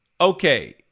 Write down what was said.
Okay